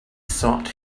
sought